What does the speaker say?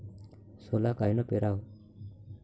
सोला कायनं पेराव?